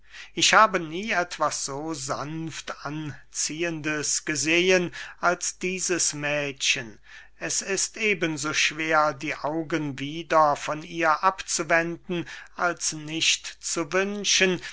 ich habe nie etwas so sanft anziehendes gesehen als dieses mädchen es ist eben so schwer die augen wieder von ihr abzuwenden als nicht zu wünschen